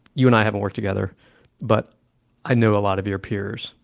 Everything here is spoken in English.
you and i haven't worked together but i know a lot of your peers,